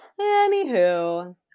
Anywho